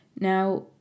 Now